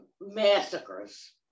Massacres